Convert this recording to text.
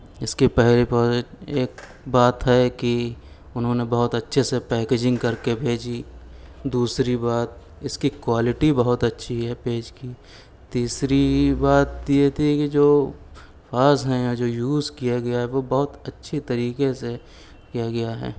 اس کے پہلے ایک بات ہے کہ انہوں نے بہت اچھے سے پیکیجنگ کر کے بھیجی ہے دوسری بات اس کی کوالٹی بہت اچھی ہے پیج کی تیسری بات یہ تھی کہ جو الفاظ ہیں جو یوز کیا گیا ہے وہ بہت اچھے طریقے سے کیا گیا ہے